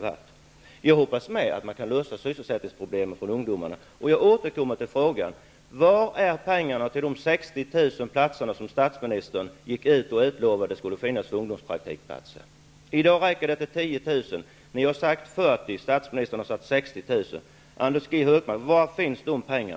Också jag hoppas att ungdomarnas sysselsättningsproblem kan lösas. Men jag återkommer till frågan: Var är pengarna till de 60 000 ungdomspraktikplatser som statsministern utlovade? I dag räcker pengarna till 10 000 platser.